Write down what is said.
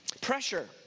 Pressure